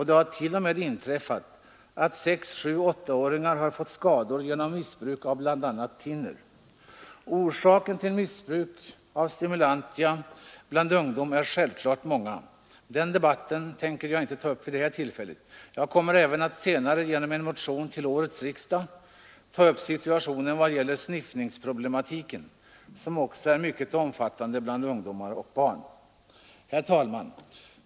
Det har sålunda inträffat att sex-, sjuoch åttaåringar har fått skador genom missbruk av bl.a. thinner. Orsakerna till att ungdomarna missbrukar stimulantia är självfallet många. Den debatten tänker jag inte ta upp vid detta tillfälle. Jag kommer senare, i anledning av en motion till årets riksdag, att ta upp frågan om sniffningen, som också är mycket omfattande bland ungdomar och barn. Herr talman!